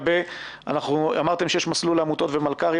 אמרתם שיש מסלול למלכ"רים,